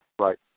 Right